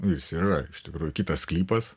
jis ir yra iš tikrųjų kitas sklypas